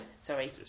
Sorry